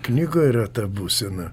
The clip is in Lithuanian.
knygoj yra ta būsena